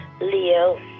Leo